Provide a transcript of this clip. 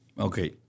okay